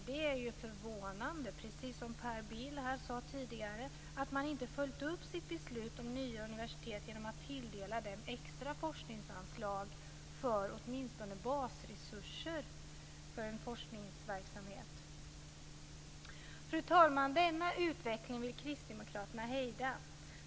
Det är förvånande, precis som Per Bill sade här tidigare, att man inte har följt upp sitt beslut om nya universitet genom att tilldela dem extra forskningsanslag så att de åtminstone fått basresurser för en forskningsverksamhet. Fru talman! Denna utveckling vill kristdemokraterna hejda.